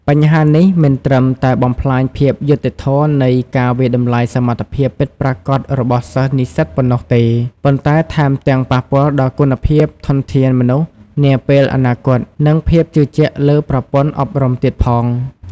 បញ្ហានេះមិនត្រឹមតែបំផ្លាញភាពយុត្តិធម៌នៃការវាយតម្លៃសមត្ថភាពពិតប្រាកដរបស់សិស្សនិស្សិតប៉ុណ្ណោះទេ ប៉ុន្តែថែមទាំងប៉ះពាល់ដល់គុណភាពធនធានមនុស្សនាពេលអនាគត និងភាពជឿជាក់លើប្រព័ន្ធអប់រំទៀតផង។